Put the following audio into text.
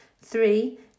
Three